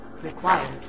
required